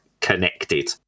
Connected